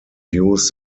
views